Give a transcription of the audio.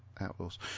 outlaws